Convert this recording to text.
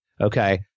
Okay